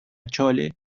chole